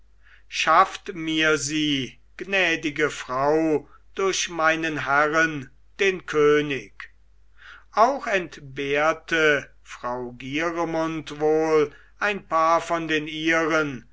schafft mir sie gnädige frau durch meinen herren den könig auch entbehrte frau gieremund wohl ein paar von den ihren